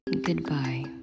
Goodbye